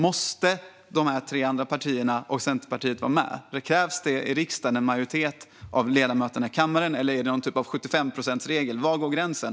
Måste de tre andra partierna och Centerpartiet vara med? Krävs det en majoritet av ledamöterna i riksdagens kammare, eller är det någon typ av 75-procentsregel? Var går gränsen?